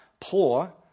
poor